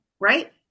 right